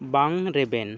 ᱵᱟᱝ ᱨᱮᱵᱮᱱ